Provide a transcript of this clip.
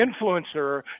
influencer